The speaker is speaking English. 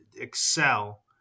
excel